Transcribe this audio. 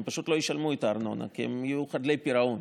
והם פשוט לא ישלמו את הארנונה כי הם יהיו חדלי פירעון.